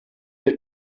der